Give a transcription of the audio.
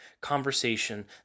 conversation